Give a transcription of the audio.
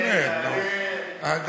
תעלה, תעלה, באמת, נו.